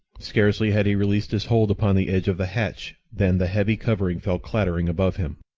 scarcely had he released his hold upon the edge of the hatch than the heavy covering fell clattering above him.